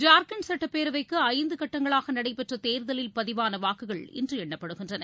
ஜார்க்கண்ட் சட்டப்பேரவைக்கு ஐந்து கட்டங்களாக நடைபெற்ற தேர்தலில் பதிவான வாக்குகள் இன்று எண்ணப்படுகின்றன